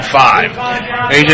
five